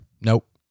Nope